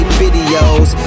videos